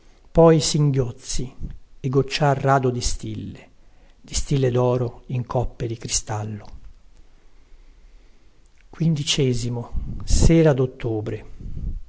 poi singhiozzi e gocciar rado di stille di stille doro in coppe di cristallo sera dottobre